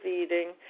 eating